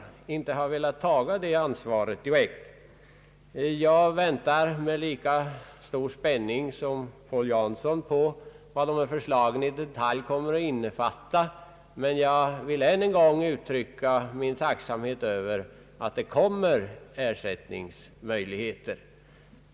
Jag väntar med lika stor spänning som herr Paul Jansson på vad dessa förslag i detalj kommer att innefatta. Jag vill emellertid ännu en gång uttrycka min tacksamhet över att möjligheter till ersättning kommer att finnas.